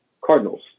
Cardinals